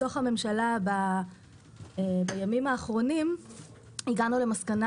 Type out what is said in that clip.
שהתקיים בתוך הממשלה בימים האחרונים הגענו למסקנה